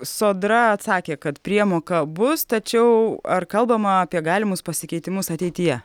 sodra atsakė kad priemoka bus tačiau ar kalbama apie galimus pasikeitimus ateityje